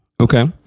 Okay